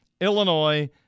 Illinois